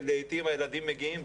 שלעתים הילדים מגיעים,